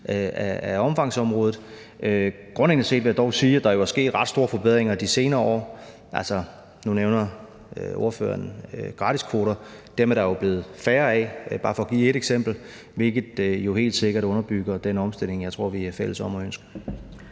af omfangsområdet. Grundlæggende set vil jeg dog sige, at der jo er sket ret store forbedringer de senere år. Nu nævner ordføreren gratiskvoter. Dem er der jo blevet færre af. Det er bare for at give ét eksempel, hvilket jo helt sikkert underbygger den omstilling, jeg tror vi er fælles om at ønske.